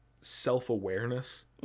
self-awareness